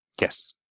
Yes